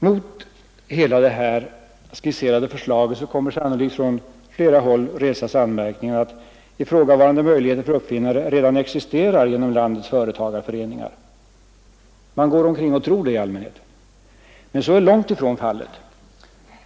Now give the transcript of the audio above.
Mot hela det här skisserade förslaget kommer sannolikt från flera håll att resas anmärkningen att ifrågavarande möjligheter för uppfinnare redan existerar genom landets företagarföreningar; man går omkring och tror det i allmänhet — men så är långt ifrån fallet.